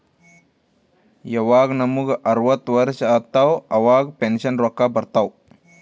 ಯವಾಗ್ ನಮುಗ ಅರ್ವತ್ ವರ್ಷ ಆತ್ತವ್ ಅವಾಗ್ ಪೆನ್ಷನ್ ರೊಕ್ಕಾ ಬರ್ತಾವ್